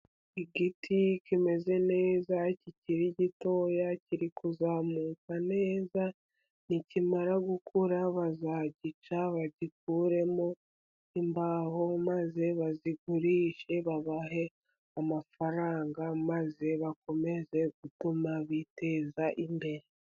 Igiti kimeze neza kikiri gitoya, kiri kuzamuka neza. nikimara gukura bazagica, bagikuremo imbaho maze bazigurishe, babahe amafaranga maze bakomeze gutuma biteza imbere.